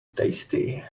tasty